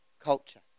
culture